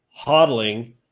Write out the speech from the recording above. hodling